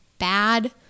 bad